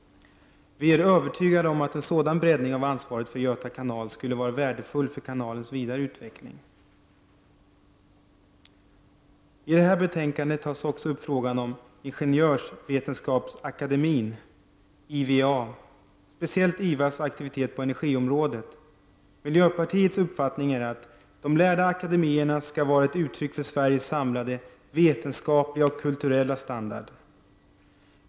Vi är övertygade om att en sådan breddning av ansvaret för Göta kanal = Prot. 1989/90:115 skulle vara värdefull för kanalens vidare utveckling. 4 maj 1990 I det här betänkandet tas också upp frågan om Ingenjörsvetenskapsakademien, IVA, speciellt IVAs aktivitet på energiområdet. Miljöpartiets uppfattning är att de lärda akademierna skall vara ett uttryck för Sveriges samlade vetenskapliga och kulturella standard.